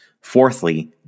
Fourthly